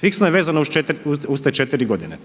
fiksno vezano uz te četiri godine.